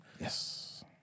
yes